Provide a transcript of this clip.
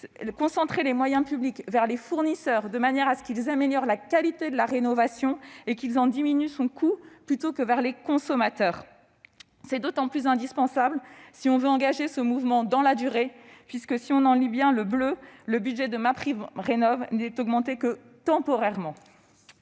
concentrer les moyens publics vers les fournisseurs, de manière à ce qu'ils améliorent la qualité de la rénovation et qu'ils en diminuent le coût, plutôt que vers les consommateurs. C'est d'autant plus indispensable, si l'on veut engager ce mouvement dans la durée, que le budget de MaPrimeRénov'n'est augmenté que temporairement.